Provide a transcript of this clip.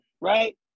right